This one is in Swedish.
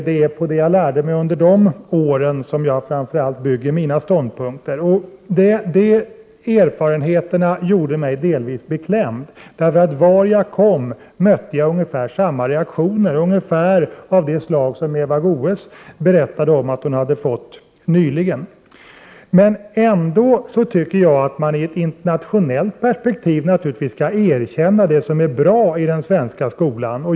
Det är på det jag lärde mig under de åren som jag framför allt bygger mina ståndpunkter. De erfarenheterna gjorde mig delvis beklämd. Vart jag än kom mötte jag ungefär samma reaktioner som också Eva Goés berättade att hon hade mött nyligen. Ändå tycker jag att man i ett internationellt perspektiv naturligtvis skall erkänna det som är bra i den svenska skolan.